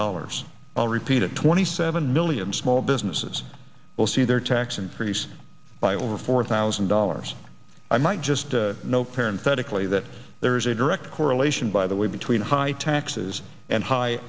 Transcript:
dollars i'll repeat it twenty seven million small businesses will see their tax increase by over four thousand dollars i might just no parent statically that there is a direct correlation by the way between high taxes and high